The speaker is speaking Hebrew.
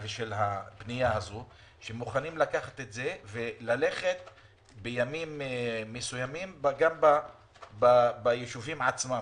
הם מוכנים לקחת את המכשיר הזה ובימים מסוימים להיות ביישובים עצמם,